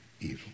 evil